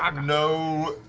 um know,